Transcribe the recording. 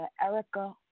Erica